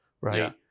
right